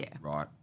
right